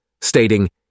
stating